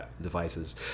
devices